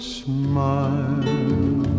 smile